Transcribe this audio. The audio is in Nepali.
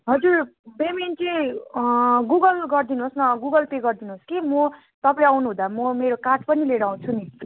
हजुर पेमेन्ट चाहिँ गुगल गर्दिनुहोस् न गुगल पे गरिदिनुहोस् कि म तपाईँ आउनु हुँदा म मेरो कार्ड पनि लिएर आउँछु नि